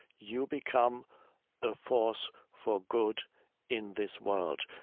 you become a force for good in this world.